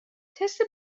تست